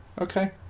okay